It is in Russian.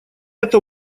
это